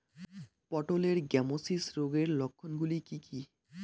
পটলের গ্যামোসিস রোগের লক্ষণগুলি কী কী?